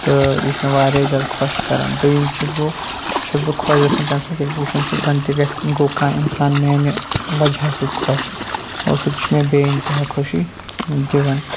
تہٕ یہِ چھُ مےٚ واریاہ زیادٕ خۄش کَرَان دٔیِم چھِ گوٚو یہِ چھُس بہٕ خۄش گژھان تَمہِ سۭتۍ ییٚلہِ بہٕ وٕچھَان چھُس زَنتہِ گژھِ کانٛہہ اِنسان میٛانہِ وجہ سۭتۍ خۄش اور سُہ تہِ چھُ مےٚ بے انتہا خوشی دِوَان